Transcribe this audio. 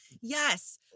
Yes